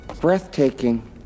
Breathtaking